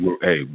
Hey